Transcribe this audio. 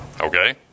okay